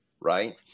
right